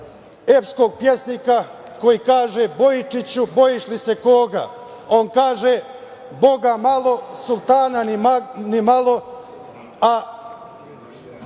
epskog pesnika koji kaže - Bojičiću, bojiš li se koga, a on kaže - Boga malo, sultana ni malo, a